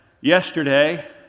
yesterday